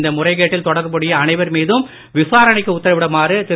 இந்த முறைகேட்டில் தொடர்புடைய அனைவர் மீதும் விசாரணைக்கு உத்தரவிடுமாறு திரு